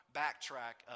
backtrack